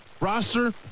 Roster